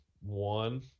one